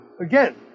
Again